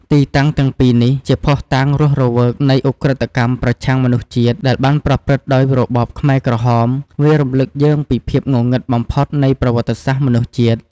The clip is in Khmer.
ទីតាំងទាំងពីរនេះជាភស្តុតាងរស់រវើកនៃឧក្រិដ្ឋកម្មប្រឆាំងមនុស្សជាតិ ដែលបានប្រព្រឹត្តដោយរបបខ្មែរក្រហម វារំលឹកយើងពីភាពងងឹតបំផុតនៃប្រវត្តិសាស្ត្រមនុស្សជាតិ។